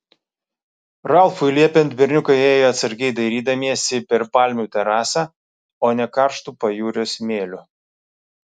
ralfui liepiant berniukai ėjo atsargiai dairydamiesi per palmių terasą o ne karštu pajūrio smėliu